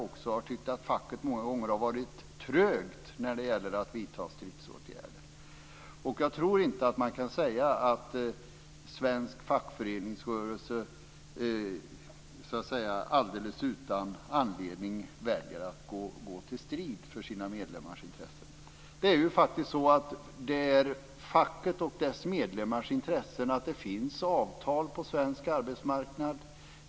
Jag har tyckt att facket många gånger har varit trögt när det gäller att vidta stridsåtgärder. Jag tror inte att man kan säga att svensk fackföreningsrörelse alldeles utan anledning väljer att gå till strid för sina medlemmars intressen. Det är ju faktiskt fackets och dess medlemmars intresse att det finns avtal på svensk arbetsmarknad.